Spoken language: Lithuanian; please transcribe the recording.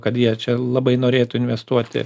kad jie čia labai norėtų investuoti